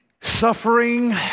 suffering